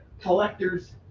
collectors